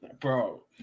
bro